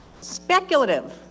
speculative